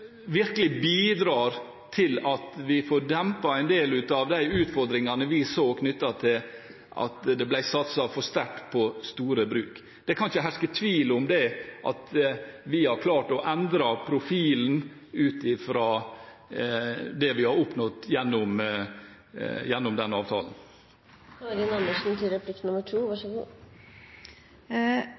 virkelig bidrar til at vi får dempet en del av de utfordringene vi så, knyttet til at det ble satset for sterkt på store bruk. Det kan ikke herske tvil om at vi har klart å endre profilen, ut fra det vi har oppnådd gjennom